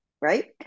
Right